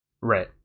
Right